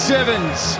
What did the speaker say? Sevens